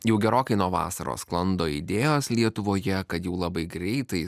jau gerokai nuo vasaros sklando idėjos lietuvoje kad jau labai greitai